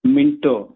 Minto